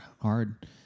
hard